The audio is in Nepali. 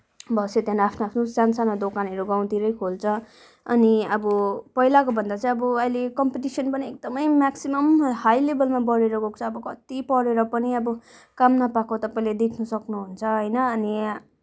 बस्यो त्यहाँदेखि आफ्नो आफ्नो सानसानो दोकानहरू गाउँतिरै खोल्छ अनि अब पहिलाको भन्दा चाहिँ अब अहिले कम्पिटिसन पनि एकदमै म्याक्सिमम हाई लेभलमा बढेर गएको छ अब कति पढेर पनि अब काम नपाएको तपाईँले देख्न सक्नुहुन्छ होइन अनि